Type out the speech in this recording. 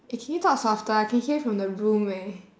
eh can you talk softer I can hear you from the room eh